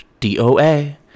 doa